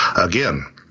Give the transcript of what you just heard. again